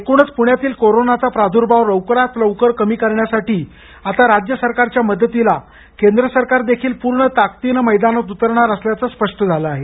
एकूणच पुण्यातील कोरोनाचा प्रादुर्भाव लवकरात लवकर कमी करण्यासाठी आता राज्य सरकारच्या मदतीला केंद्र सरकार देखील पूर्ण ताकदीनं मैदानात उतरणार असल्याचं स्पष्ट झालं आहे